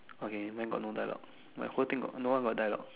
okay when got no dialogue like whole thing got no one got dialogue